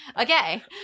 Okay